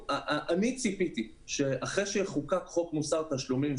אני ציפיתי שאחרי שיחוקק חוק מוסר תשלומים,